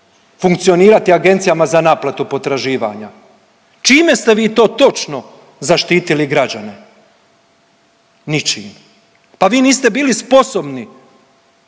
funkcionirati agencijama za naplatu potraživanja? Čime ste vi to točno zaštitili građane? Ničim. Pa vi niste bili sposobni